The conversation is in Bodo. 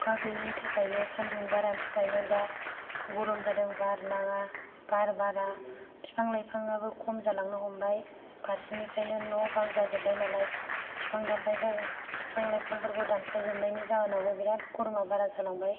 अखा गैयैनि थाखायनो सानदुं बारानि थाखायनो दा गरम जादों बार नाङा बार बारा बिफां लायफां आबो खम जालांनो हमबाय फारसेनिफ्राइनो न' बां जाजोब्बाय नालाय बिफां लायफां दानफायनायनि जाहोनावबो बिरात गरम आ बारा जालांबाय